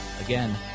Again